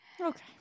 Okay